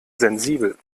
sensibel